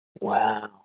Wow